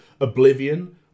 Oblivion